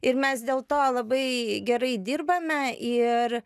ir mes dėl to labai gerai dirbame ir